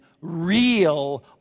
real